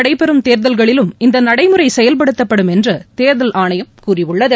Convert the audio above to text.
நடைபெறும் தேர்தல்களிலும் இந்தநடைமுறைசெயல்படுத்தப்படும் என்றுதேர்தல் ஆணையம் எதிர்காலத்தில் கூறியுள்ளது